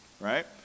Right